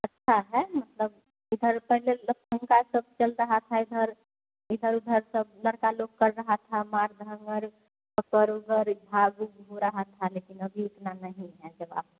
अच्छा है मतलब इधर पहले सब चल रहा था इधर इधर उधर सब लड़के लोग कर रहें थे बात मार धाड़ घरों घर भावुक हो रहा था लेकिन अभी इतना नहीं है जब आप